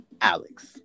Alex